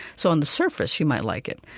so on the surface, she might like it.